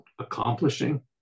accomplishing